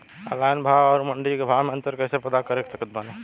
Online भाव आउर मंडी के भाव मे अंतर कैसे पता कर सकत बानी?